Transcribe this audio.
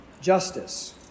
justice